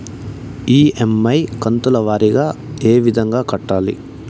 EMI కంతుల వారీగా ఏ విధంగా కట్టాలి